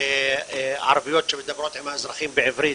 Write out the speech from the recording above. ערביות שמדברות עם האזרחים בעברית,